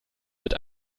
mit